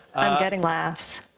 i'm getting laughs.